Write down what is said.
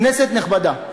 כנסת נכבדה,